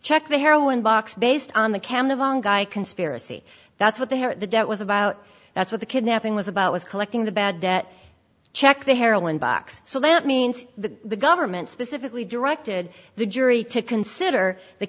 check the heroin box based on the camera guy conspiracy that's what they are the debt was about that's what the kidnapping was about with collecting the bad debt check the heroin box so that means the government specifically directed the jury to consider the